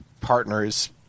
partner's